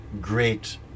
great